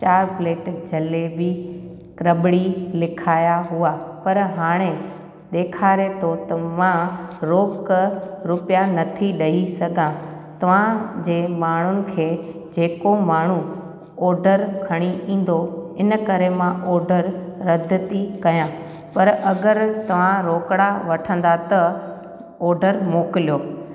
चारि प्लेट जलेबी रबड़ी लिखाया हुआ पर हाणे ॾेखारे थो त मां रोकु रूपया नथी ॾई सघां तव्हां जे माण्हुनि खे जेको माण्हू ऑडर खणी ईंदो इन करे मां ऑडर रद थी कयां पर अगरि तव्हां रोकिड़ा वठंदा त ऑडर मोकिलियो